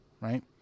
Right